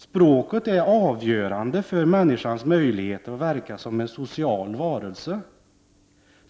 Språket är avgörande för människans möjligheter att verka som en social varelse.